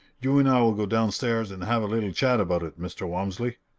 you and i will go downstairs and have a little chat about it, mr. walmsley.